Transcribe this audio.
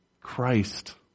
Christ